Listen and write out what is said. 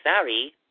sorry